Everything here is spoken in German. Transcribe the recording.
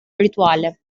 rituale